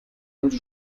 sollte